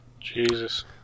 Jesus